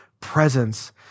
presence